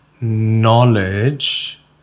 knowledge